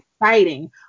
exciting